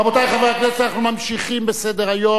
רבותי חברי הכנסת, אנחנו ממשיכים בסדר-היום.